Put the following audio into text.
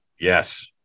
Yes